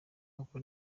kuko